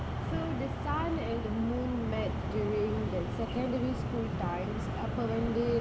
so the sun and the moon met during the secondary school times அப்ப வந்து:appa vanthu